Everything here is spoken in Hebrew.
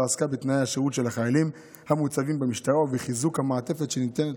שעסקו בתנאי השירות של החיילים המוצבים במשטרה ובחיזוק המעטפת שניתנת